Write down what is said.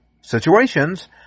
situations